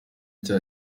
cya